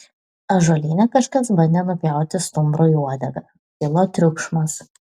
ąžuolyne kažkas bandė nupjauti stumbrui uodegą kilo triukšmas